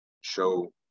show